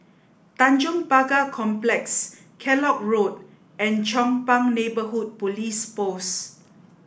Tanjong Pagar Complex Kellock Road and Chong Pang Neighbourhood Police Post